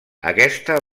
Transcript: aquesta